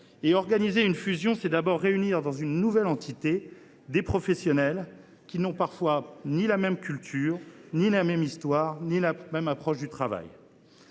» Organiser une fusion, c’est d’abord réunir dans une nouvelle entité des professionnels qui, parfois, n’ont ni la même culture, ni la même histoire, ni la même approche du travail.